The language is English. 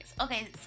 Okay